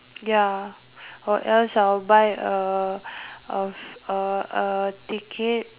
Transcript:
ya or else I will buy a a a a ticket